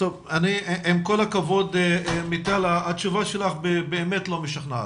עם כל הכבוד, מיטל, התשובה שלך באמת לא משכנעת.